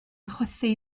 chwythu